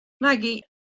Maggie